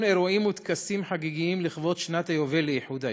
אירועים וטקסים חגיגיים לכבוד שנת היובל לאיחוד העיר.